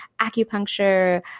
acupuncture